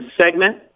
segment